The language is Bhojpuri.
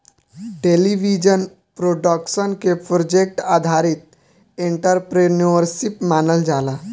टेलीविजन प्रोडक्शन के प्रोजेक्ट आधारित एंटरप्रेन्योरशिप मानल जाला